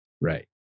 Right